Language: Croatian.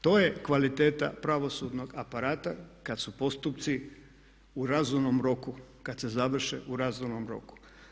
To je kvaliteta pravosudnog aparata kada su postupci u razumnom roku, kada se završe u razumnom roku.